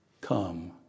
come